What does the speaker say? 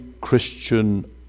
Christian